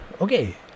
okay